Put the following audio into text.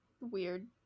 weird